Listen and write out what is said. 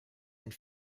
and